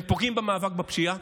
הם פוגעים במאבק בפשיעה.